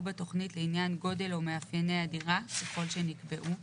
בתכנית לעניין גודל או מאפייני הדירה ככל שנקבעו.